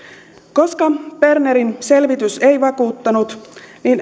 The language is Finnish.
koska bernerin selvitys ei vakuuttanut